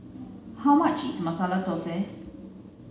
how much is Masala Dosa